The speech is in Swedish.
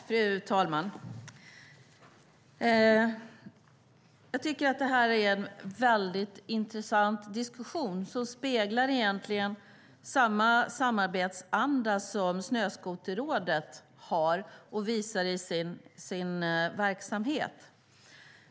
Fru talman! Jag tycker att det här är en väldigt intressant diskussion, som egentligen speglar samma samarbetsanda som Snöskoterrådet har och visar i sin verksamhet.